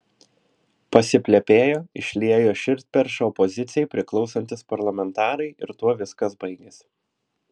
pasiplepėjo išliejo širdperšą opozicijai priklausantys parlamentarai ir tuo viskas baigėsi